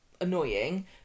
annoying